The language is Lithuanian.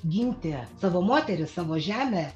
ginti savo moterį savo žemę